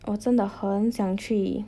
我真的很想去